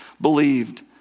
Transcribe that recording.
believed